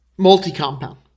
multi-compound